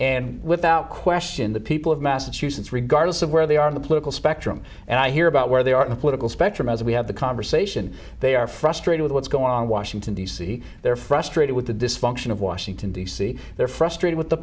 and without question the people of massachusetts regardless of where they are in the political spectrum and i hear about where they are in the political spectrum as we have the conversation they are frustrated with what's going on in washington d c they're frustrated with the dysfunction of washington d c they're frustrated with the